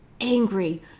angry